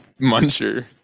Muncher